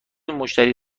مشتری